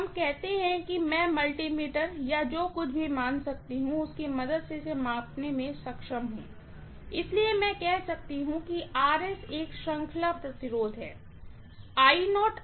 हम कहते हैं कि मैं एक मल्टीमीटर या जो कुछ भी मान को सकती हूँ उसकी मदद से इसे मापने में सक्षम हूं इसलिए मैं कह सकती हूँ कि एक सीरीज रेजिस्टेंस है